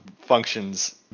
functions